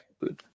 Good